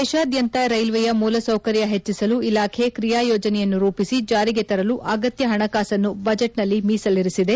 ದೇಶಾದ್ಯಂತ ರ್ನೆಲ್ಲೆಯ ಮೂಲಸೌಕರ್ಯ ಹೆಚ್ಚಸಲು ಇಲಾಖೆ ಕ್ರಿಯಾಯೋಜನೆಯನ್ನು ರೂಪಿಸಿ ಜಾರಿಗೆ ತರಲು ಅಗತ್ಯ ಹಣಕಾಸನ್ನು ಬಜೆಟ್ನಲ್ಲಿ ಮೀಸಲಿರಿಸಿದೆ